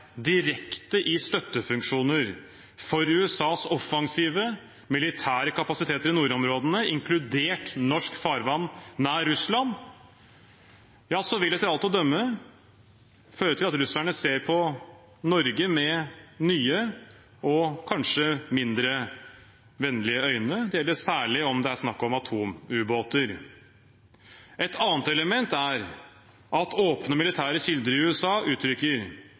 direkte i støttefunksjoner for USAs offensive militære kapasiteter i nordområdene, inkludert norsk farvann nært Russland, vil det etter alt å dømme føre til at russerne ser på Norge med nye og kanskje mindre vennlige øyne. Det gjelder særlig om det er snakk om atomubåter. Et annet element er at åpne militære kilder i USA uttrykker